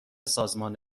سازمان